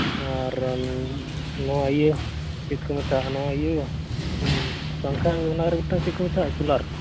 ᱟᱨ ᱱᱚᱣᱟ ᱤᱭᱟᱹ ᱪᱮᱫ ᱠᱚ ᱢᱮᱛᱟᱜᱼᱟ ᱱᱚᱣᱟ ᱤᱭᱟᱹ ᱯᱟᱝᱠᱷᱟ ᱨᱟ ᱢᱤᱫᱴᱟᱝ ᱚᱱᱟ ᱪᱮᱫ ᱠᱚ ᱢᱮᱛᱟᱜᱼᱟ ᱠᱩᱞᱟᱨ